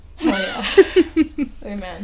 Amen